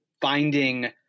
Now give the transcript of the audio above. finding